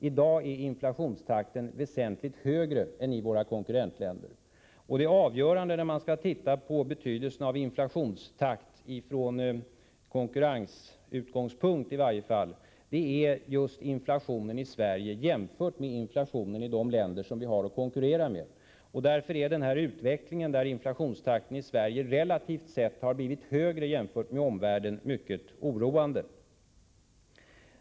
I dag är den väsentligt högre än i våra konkurrentländer. Det avgörande när man skall bedöma betydelsen av inflationstakten, i varje fall från konkurrenssynpunkt, är just att se på hur hög inflationen är i Sverige jämfört med i de länder som vi har att konkurrera med. Därför är den nuvarande utvecklingen i Sverige, med en inflationstakt som relativt sett har blivit högre jämfört med omvärlden, mycket oroande.